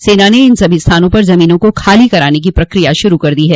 सेना ने इन सभी स्थानों पर जमीनों को खाली कराने की प्रक्रिया शुरू कर दी है